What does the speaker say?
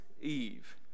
Eve